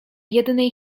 jednej